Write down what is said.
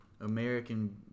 American